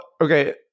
okay